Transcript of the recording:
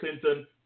Clinton